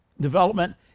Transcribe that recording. development